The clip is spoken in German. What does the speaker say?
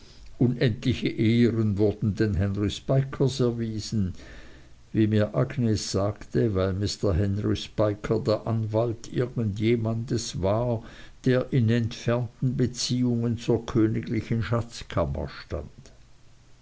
unendliche ehren wurden den henry spikers erwiesen wie mir agnes sagte weil mr henry spiker der anwalt irgend jemandes war der in entfernten beziehungen zur königlichen schatzkammer stand